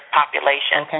population